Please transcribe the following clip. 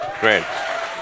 Great